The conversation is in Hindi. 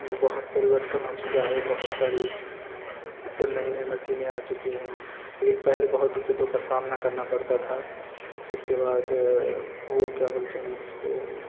बहुत परिवर्तन हो चूका है बहुत सारी अब तो नई नई मशीने आ चुकी हैं लेकिन पहले बहुत दिक्कतों का सामना करना पड़ता था इसके बाद वह क्या बोलते हैं उसको